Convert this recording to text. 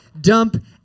dump